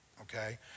Okay